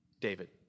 David